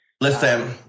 listen